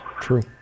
True